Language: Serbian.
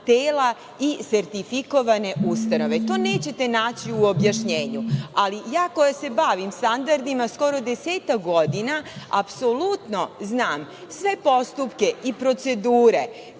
tela isertifikovane ustanove. To nećete naći u objašnjenju, ali ja koja se bavim standardima skoro desetak godina apsolutno znam sve postupke i procedure